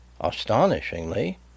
Astonishingly